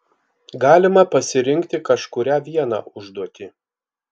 galima pasirinkti kažkurią vieną užduotį